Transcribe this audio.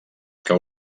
que